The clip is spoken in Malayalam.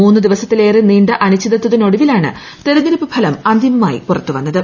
മൂന്ന് ദിവസത്തിലേറെ നീണ്ട അനിശ്ചതത്തിനൊടുവിലാണ് തെരഞ്ഞെടുപ്പ് ഫലം അന്തിമമായി പുറത്തുവരുന്നത്